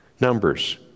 Numbers